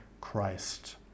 Christ